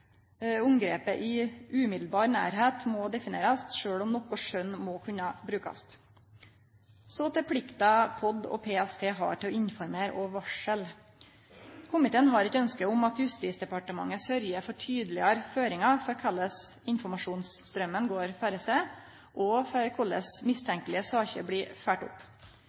nærhet» må definerast, sjølv om noko skjønn må kunne brukast. Så til plikta POD og PST har til å informere og varsle. Komiteen har eit ønske om at Justisdepartementet sørgjer for tydelegare føringar for korleis informasjonsstraumen skal gå føre seg, og for korleis mistenkelege saker blir følgde opp.